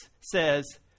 says